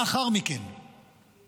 לאחר מכן נוכל